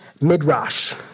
Midrash